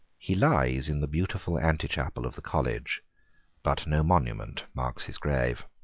he lies in the beautiful antechapel of the college but no monument marks his grave.